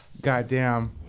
Goddamn